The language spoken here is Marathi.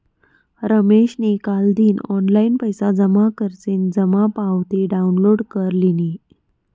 रमेशनी कालदिन ऑनलाईन पैसा जमा करीसन जमा पावती डाउनलोड कर लिनी